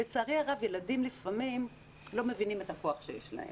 לצערי הרב ילדים לפעמים לא מבינים את הכוח שיש להם.